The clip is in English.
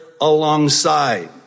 alongside